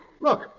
look